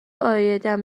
عایدم